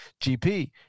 GP